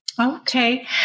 Okay